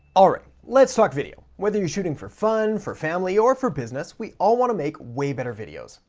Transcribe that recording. all right, let's talk video. whether you're shooting for fun, for family, or for business, we all wanna make way better videos.